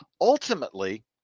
ultimately